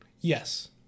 Yes